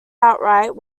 outright